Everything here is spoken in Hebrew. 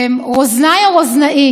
רוזנאִי,